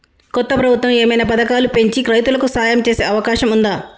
కొత్త ప్రభుత్వం ఏమైనా పథకాలు పెంచి రైతులకు సాయం చేసే అవకాశం ఉందా?